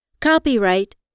Copyright